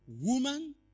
woman